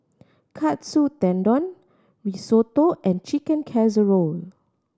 Katsu Tendon Risotto and Chicken Casserole